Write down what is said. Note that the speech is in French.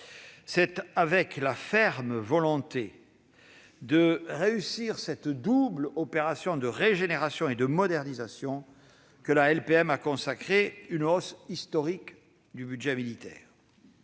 C'est avec la ferme volonté de réussir cette double opération de régénération et de modernisation que nous avons prévu une hausse historique du budget militaire.